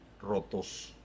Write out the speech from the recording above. Rotos